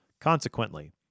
Consequently